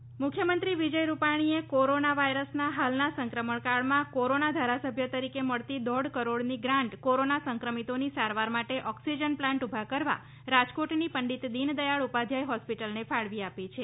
corona grant મુખ્યમંત્રી વિજય રૂપાણીએ corona વાયરસના હાલના સંક્રમણકાળમાં કોરોના ધારાસભ્ય તરીકે મળતી દોઢ કરોડની ગ્રાન્ટ કોરોના સંક્રમિતોની સારવાર માટે ઓક્સિજન પ્લાન્ટ ઊભા કરવા રાજકોટની પંડિત દિનદયાળ ઉપાધ્યાય હોસ્પિટલને ફાળવી આપી છે